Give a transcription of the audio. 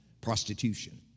Prostitution